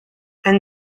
and